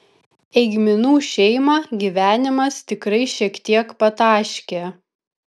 eigminų šeimą gyvenimas tikrai šiek tiek pataškė